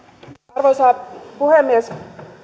arvoisa puhemies